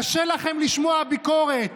קשה לכם לשמוע ביקורת.